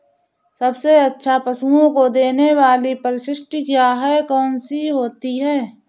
सबसे अच्छा पशुओं को देने वाली परिशिष्ट क्या है? कौन सी होती है?